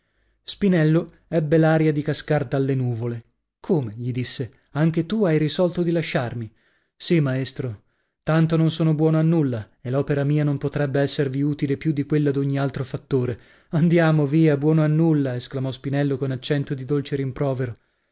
spinello ebbe l'aria di cascar dalle nuvole come gli disse anche tu hai risoluto di lasciarmi sì maestro tanto non sono buono a nulla e l'opera mia non potrebbe esservi utile più di quella d'ogni altro fattore andiamo via buono a nulla esclamò spinello con accento di dolce rimprovero